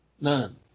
None